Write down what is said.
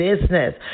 business